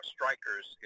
Strikers